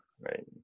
right